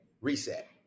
reset